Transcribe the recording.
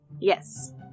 yes